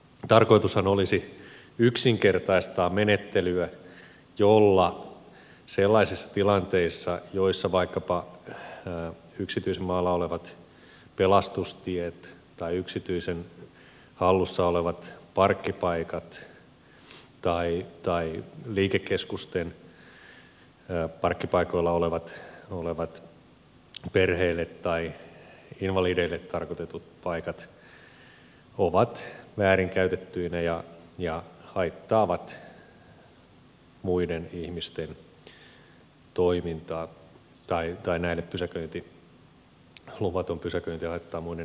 tarkoitushan olisi yksinkertaistaa menettelyä jolla sellaisissa tilanteissa joissa vaikkapa yksityismaalla olevat pelastustiet tai yksityisen hallussa olevat parkkipaikat tai liikekeskusten parkkipaikoilla olevat perheille tai invalideille tarkoitetut paikat ovat väärin käytettyinä ja näille luvaton pysäköinti haittaa muiden ihmisten toimintaa